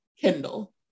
Kindle